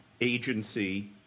agency